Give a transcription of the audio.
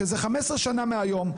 שזה 15 שנה מהיום.